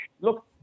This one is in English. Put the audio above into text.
Look